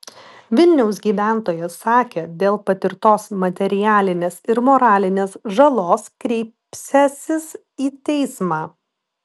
vilniaus gyventojas sakė dėl patirtos materialinės ir moralinės žalos kreipsiąsis į teismą